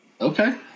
Okay